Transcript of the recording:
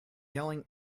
yelling